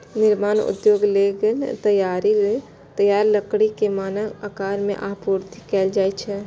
निर्माण उद्योग लेल तैयार लकड़ी कें मानक आकार मे आपूर्ति कैल जाइ छै